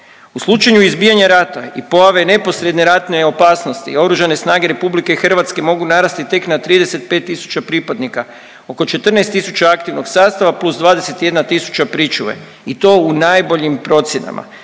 U slučaju izbijanja rata i pojave neposredne ratne opasnosti oružane snage RH mogu narasti tek na 35 tisuća pripadnika. Oko 14 tisuća aktivnog sastava plus 21 tisuća pričuve i to u najboljim procjenama.